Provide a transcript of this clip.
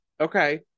Okay